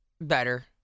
better